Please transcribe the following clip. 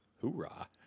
Hoorah